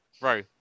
bro